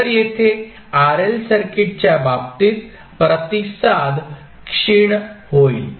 तर येथे RL सर्किटच्या बाबतीत प्रतिसाद क्षीण होईल